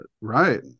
Right